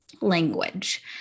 language